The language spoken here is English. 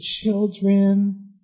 children